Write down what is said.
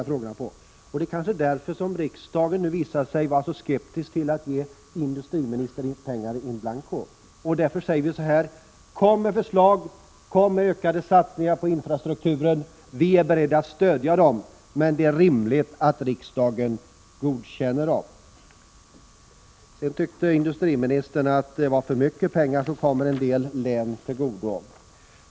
Det kanske är därför som riksdagen nu visar sig vara så skeptisk till att ge industriministern pengar in blanko. Vi säger: Kom med förslag! Kom med ökade satsningar på infrastrukturen! Vi är beredda att stödja förslagen, men det är rimligt att riksdagen godkänner dem. Industriministern tyckte att det var för mycket pengar som kom en del län till godo.